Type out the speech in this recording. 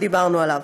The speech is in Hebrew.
שדיברנו עליו.